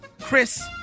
Chris